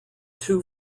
two